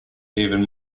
even